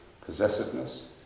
possessiveness